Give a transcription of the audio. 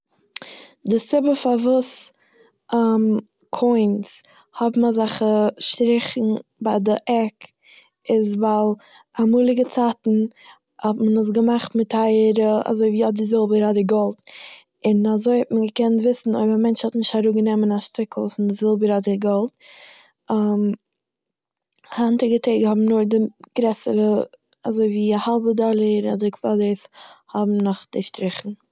די סיבה פארוואס קאוינס האבן אזאלכע שטריכן ביי די עק איז ווייל אמאליגע צייטן האט מען עס געמאכט מיט טייערע אזוי ווי אדער זילבער אדער גאלד און אזוי האט מען געקענט וויסן אויב א מענטש האט נישט אראפגענומען א שטיקל פון די זילבער אדער גאלד, היינטיגע טעג האבן נאר די גרעסערע אזוי ווי האלבע דאללער אדער קוואדערס האבן נאך די שטריכן.